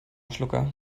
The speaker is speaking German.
schlucker